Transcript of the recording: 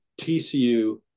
TCU